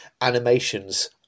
animations